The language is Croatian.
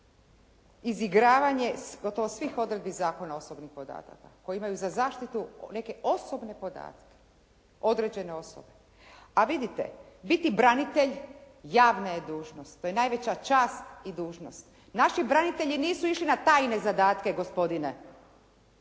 izigravanje gotovo svih odredbi Zakona osobnih podataka koji imaju za zaštitu neke osobne podatke određene osobe. A vidite, biti branitelj javna je dužnost. To je najveća čast i dužnost. Naši branitelji nisu išli na tajne zadatke gospodine,